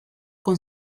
con